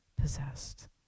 possessed